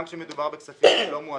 גם כאשר מדובר בכספים לא מועטים.